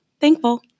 thankful